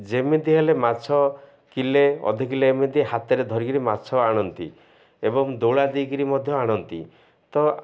ଯେମିତି ହେଲେ ମାଛ କିଲେ ଅଧ କିଲେ ଏମିତି ହାତରେ ଧରିକିରି ମାଛ ଆଣନ୍ତି ଏବଂ ଦୋଳା ଦେଇକିରି ମଧ୍ୟ ଆଣନ୍ତି ତ